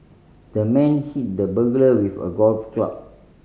the man hit the burglar with a golf club